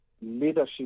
leadership